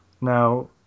now